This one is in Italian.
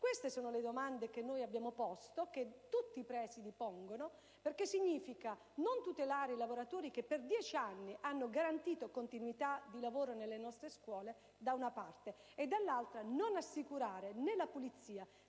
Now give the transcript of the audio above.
Queste sono le domande che noi abbiamo posto, che tutti i presidi pongono, perché significa, da un lato, non tutelare i lavoratori che per 10 anni hanno garantito continuità di lavoro nelle nostre scuole, dall'altro non assicurare nè la pulizia